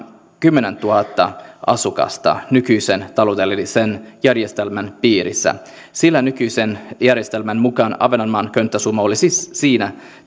kymmenentuhatta asukasta nykyisen ta loudellisen järjestelmän piirissä sillä nykyisen järjestelmän mukaan ahvenanmaan könttäsumma olisi siinä